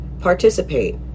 participate